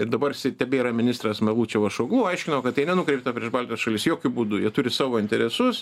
ir dabar jisai tebėra ministras magučeu šogu aiškino kad tai nenukreipta prieš baltijos šalis jokiu būdu jie turi savo interesus